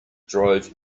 drove